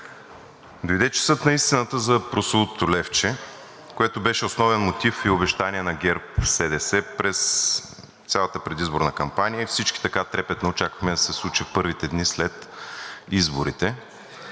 Дойде часът на истината за прословутото левче, което беше основен мотив и обещание на ГЕРБ-СДС през цялата предизборна кампания и всички така трепетно очаквахме да се случи в първите дни след изборите.